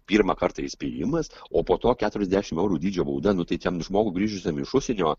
pirmą kartą įspėjimas o po to keturiasdešimt eurų dydžio bauda nu tai ten žmogui grįžusiam iš užsienio